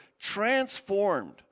transformed